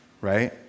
Right